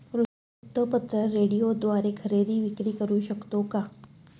वृत्तपत्र, रेडिओद्वारे खरेदी विक्री करु शकतो का?